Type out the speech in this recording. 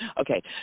Okay